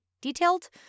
detailed